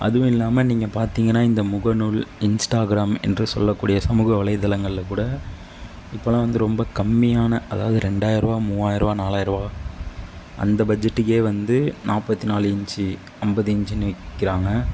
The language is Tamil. அதுவும் இல்லாமல் நீங்கள் பார்த்திங்கன்னா இந்த முகநூல் இன்ஸ்டாகிராம் என்று சொல்லக்கூடிய சமூக வலைத்தளங்களில் கூட இப்போலாம் வந்து ரொம்ப கம்மியான அதாவது ரெண்டாயிரருவா மூவாயிரருவா நாலாயிரருவா அந்த பட்ஜெட்டுக்கே வந்து நாற்பத்தி நாலு இஞ்சி ஐம்பது இஞ்ச்சின்னு விற்கிறாங்க